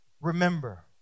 Remember